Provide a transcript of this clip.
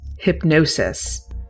hypnosis